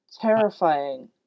terrifying